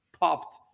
popped